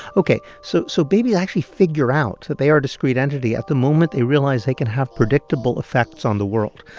ok. so so babies actually figure out that they are a discrete entity at the moment they realize they can have predictable effects on the world.